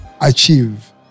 achieve